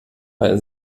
bei